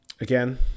again